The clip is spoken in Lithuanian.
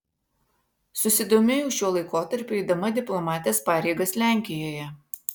susidomėjau šiuo laikotarpiu eidama diplomatės pareigas lenkijoje